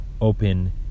open